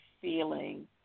feeling